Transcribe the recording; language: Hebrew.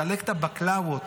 לחלק בקלאוות.